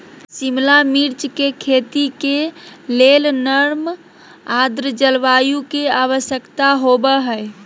शिमला मिर्च के खेती के लेल नर्म आद्र जलवायु के आवश्यकता होव हई